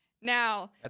Now